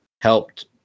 helped